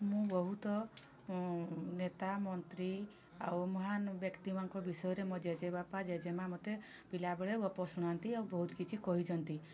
ମୁଁ ବହୁତ ନେତା ମନ୍ତ୍ରୀ ଆଉ ମହାନ୍ ବ୍ୟକ୍ତିମାନଙ୍କ ବିଷୟରେ ମୋ ଜେଜେବାପା ଜେଜେମା ମୋତେ ପିଲାବେଳେ ଗପ ଶୁଣାନ୍ତି ଆଉ ବହୁତ କିଛି କହିଛନ୍ତି